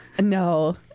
No